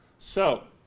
so,